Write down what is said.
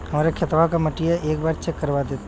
हमरे खेतवा क मटीया एक बार चेक करवा देत?